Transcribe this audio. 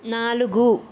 నాలుగు